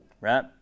right